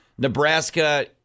Nebraska